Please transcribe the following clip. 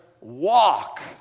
walk